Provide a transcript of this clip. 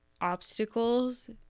obstacles